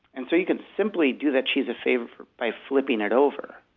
and so you can simply do that cheese a favor by flipping it over,